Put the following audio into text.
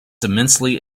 immensely